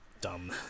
dumb